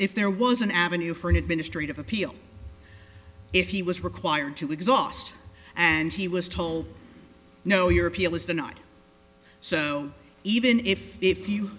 if there was an avenue for an administrative appeal if he was required to exhaust and he was told no your appeal is the not so even if if you